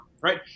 right